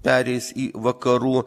pereis į vakarų